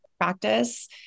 practice